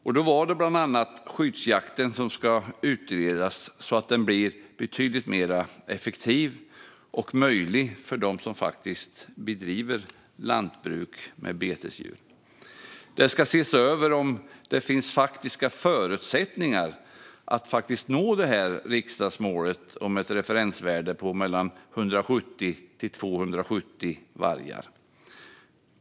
Bland annat skulle skyddsjakten utredas så att den blir betydligt mer effektiv och dessutom möjlig för dem som bedriver lantbruk med betesdjur. Det skulle ses över om det finns faktiska förutsättningar att nå riksdagsmålet om ett referensvärde på mellan 170 och 270 vargar.